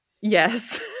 yes